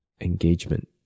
engagement